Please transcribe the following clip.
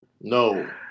No